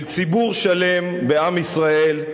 של ציבור שלם בעם ישראל,